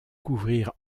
couvrir